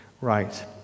right